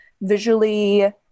visually